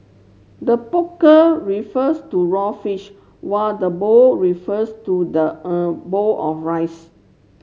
the poker refers to raw fish while the bowl refers to the er bowl of rice